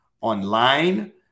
online